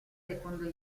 secondo